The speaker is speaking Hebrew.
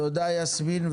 תודה רבה ליסמין.